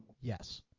yes